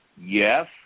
Yes